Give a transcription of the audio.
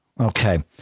okay